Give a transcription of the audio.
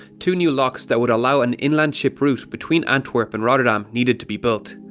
two new locks that would allow an inland ship route between antwerp and rotterdam needed to be built.